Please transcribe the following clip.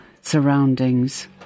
surroundings